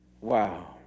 Wow